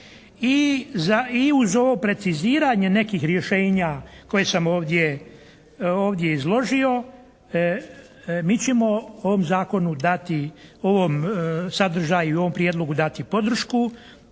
i uz ovo preciziranje nekih rješenja koje sam ovdje izložio mi ćemo ovom Zakonu dati, ovom sadržaju, ovom Prijedlogu dati podršku.